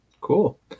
cool